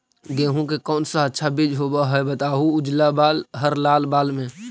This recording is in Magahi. गेहूं के कौन सा अच्छा बीज होव है बताहू, उजला बाल हरलाल बाल में?